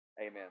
Amen